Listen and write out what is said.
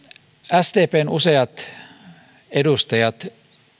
useat sdpn edustajat